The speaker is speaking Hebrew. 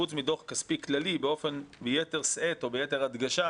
חוץ מדוח כספי כללי וביתר שאת וביתר הדגשה,